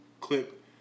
clip